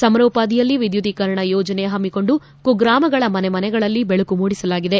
ಸಮಾರೋಪಾದಿಯಲ್ಲಿ ವಿದ್ಯುದೀಕರಣ ಯೋಜನೆ ಹಮ್ಮಿಕೊಂಡು ಕುಗ್ರಾಮಗಳ ಮನೆ ಮನೆಗಳಲ್ಲಿ ಬೆಳಕು ಮೂಡಿಸಲಾಗಿದೆ